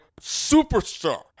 superstar